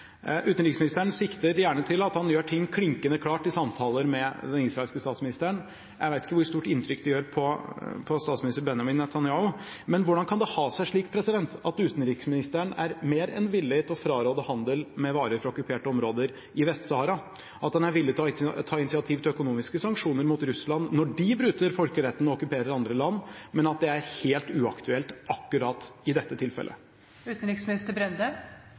Utenriksministeren sikter gjerne til at han gjør ting «klinkende klart» i samtaler med den israelske statsministeren. Jeg vet ikke hvor stort inntrykk det gjør på statsminister Benjamin Netanyahu. Men hvordan kan det ha seg at utenriksministeren er mer enn villig til å fraråde handel med varer fra okkuperte områder i Vest-Sahara, og at han er villig til å ta initiativ til økonomiske sanksjoner mot Russland når de bryter folkeretten og okkuperer andre land, men at det er helt uaktuelt akkurat i dette